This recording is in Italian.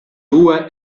due